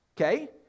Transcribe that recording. okay